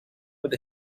with